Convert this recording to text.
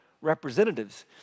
representatives